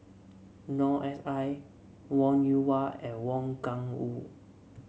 Noor S I Wong Yoon Wah and Wang Gungwu